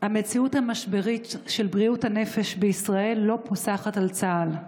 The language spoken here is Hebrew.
המציאות המשברית של בריאות הנפש בישראל לא פוסחת על צה"ל.